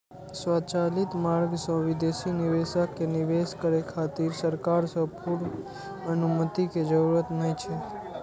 स्वचालित मार्ग सं विदेशी निवेशक कें निवेश करै खातिर सरकार सं पूर्व अनुमति के जरूरत नै छै